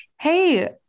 hey